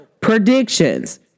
Predictions